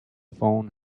phone